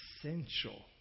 Essential